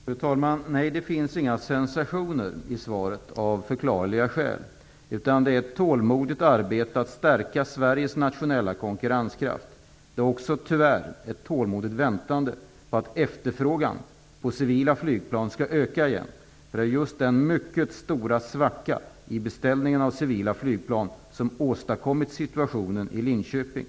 Fru talman! Nej, det finns inga sensationer i svaret -- av förklarliga skäl. Det är ett tålmodigt arbete att stärka Sveriges nationella konkurrenskraft. Det är också, tyvärr, ett tålmodigt väntande på att efterfrågan på civila flygplan skall öka igen. Det är ju just den mycket stora svacka i fråga om beställningarna av civila flygplan som har åstadkommit situationen i Linköping.